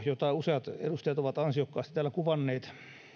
jota useat edustajat ovat ansiokkaasti täällä kuvanneet